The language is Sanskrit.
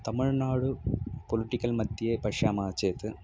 तमिळ्नाडुः पोलिटिकल्मध्ये पश्यामः चेत्